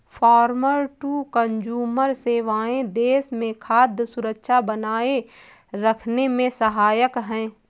farmer to consumer सेवाएं देश में खाद्य सुरक्षा बनाए रखने में सहायक है